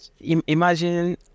imagine